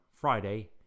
Friday